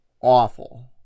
awful